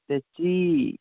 തെച്ചി